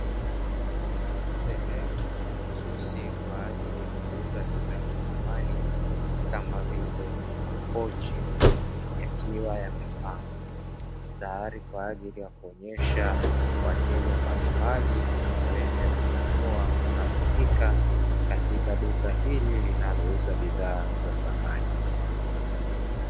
Sehemu mahususi kwa ajili ya kuuza bidhaa za samani, kama vile makochi, yakiwa yamepangwa tayari kwa ajili ya kuonyesha wateja mbalimbali waweze kununua wanapofika katika duka hili linalouza bidhaa za samani.